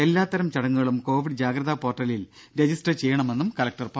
എല്ലാ തരം ചടങ്ങുകളും കോവിഡ് ജാഗ്രതാ പോർട്ടലിൽ രജിസ്റ്റർ ചെയ്യണമെന്നും കലക്ടർ പറഞ്ഞു